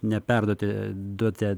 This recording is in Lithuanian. neperduoti duoti